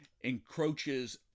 encroaches